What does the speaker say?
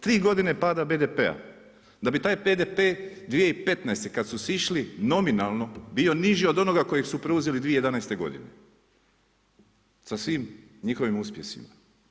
Tri godine pada BDP-a, da bi taj BDP 2015. kad su sišli nominalno bio niži od onoga kojeg su preuzeli 2011. godine sa svim njihovim uspjesima.